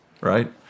right